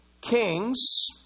kings